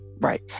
Right